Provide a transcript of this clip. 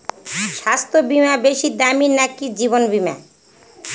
স্বাস্থ্য বীমা বেশী দামী নাকি জীবন বীমা?